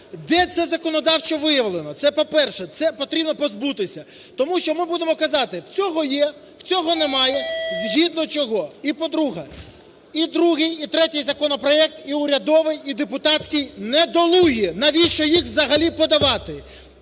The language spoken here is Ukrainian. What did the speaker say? Де це законодавчо виявлено? Це по-перше. Цього потрібно позбутися. Тому щ ми будемо казати: у цього є, у цього немає. Згідно чого? І по-друге, і другий, і третій законопроект, і урядовий, і депутатський – недолугі. Навіщо їх взагалі подавати?